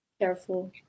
Careful